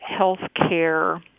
healthcare